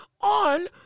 on